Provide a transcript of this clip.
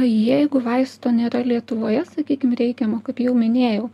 jeigu vaistų nėra lietuvoje sakykim reikiamo kaip jau minėjau